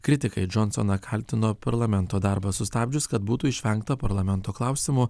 kritikai džonsoną kaltino parlamento darbą sustabdžius kad būtų išvengta parlamento klausimų